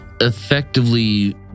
effectively